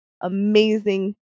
amazing